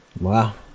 Wow